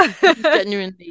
Genuinely